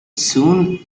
soon